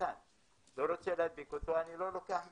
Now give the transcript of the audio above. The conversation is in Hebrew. לא רוצה להדביק אותו, אני לא לוקח מחו"ל,